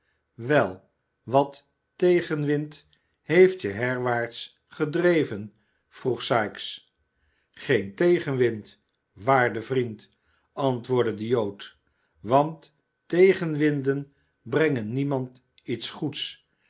wel wat tegenwind heeft je herwaarts gedreven vroeg sikes geen tegenwind waarde vriend antwoordde de jood want tegenwinden brengen niemand iets goeds